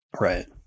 Right